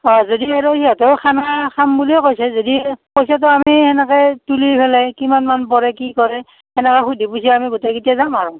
অ' যদি আৰু সিহঁতেও খানা খাম বুলিয়েই কৈছে যদি পইচাটো আমি এনেকৈ তুলি পেলাই কিমান মান পৰে কি কৰে তেনেকৈ সুধি পুচি আমি গোটেই কেইটা যাম আৰু